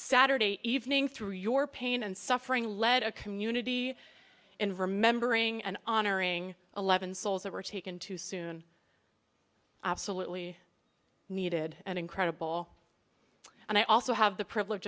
saturday evening through your pain and suffering led a community and remembering and honoring eleven souls that were taken too soon absolutely needed and incredible and i also have the privilege